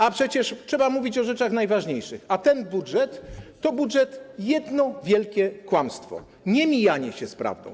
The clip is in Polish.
A przecież trzeba mówić o rzeczach najważniejszych, a ten budżet to jedno wielkie kłamstwo, nie mijanie się z prawdą.